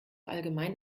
allgemein